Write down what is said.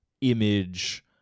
image